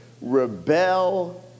rebel